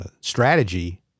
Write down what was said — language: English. strategy